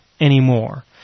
anymore